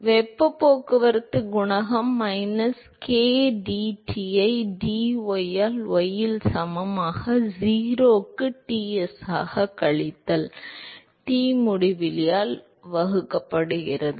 எனவே வெப்பப் போக்குவரத்துக் குணகம் மைனஸ் k d T ஐ dy இல் y இல் சமமாக 0 க்கு Ts கழித்தல் T முடிவிலியால் வகுக்கப்படுகிறது